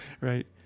right